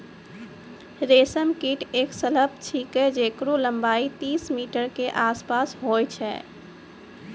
रेशम कीट एक सलभ छिकै जेकरो लम्बाई तीस मीटर के आसपास होय छै